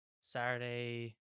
Saturday